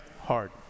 hard